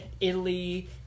Italy